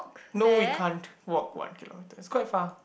no we can't walk what okay no it's quite far